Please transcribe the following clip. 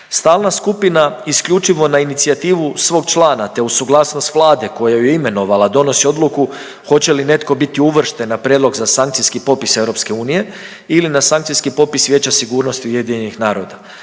Stalna skupina isključivo na inicijativu svog člana, te uz suglasnost Vlade koja ju je imenovala, donosi odluku hoće li netko biti uvršten na prijedlog za sankcijski popis EU ili na sankcijski popis Vijeća sigurnosti UN-a.